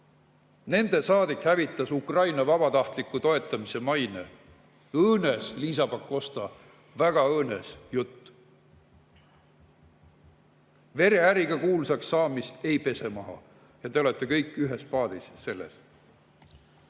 Nende saadik hävitas Ukraina vabatahtliku toetamise maine. Õõnes, Liisa Pakosta, väga õõnes jutt! Vereäriga kuulsaks saamist ei pese maha. Ja te olete kõik ühes paadis. Vaatame